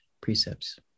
precepts